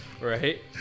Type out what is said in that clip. Right